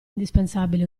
indispensabile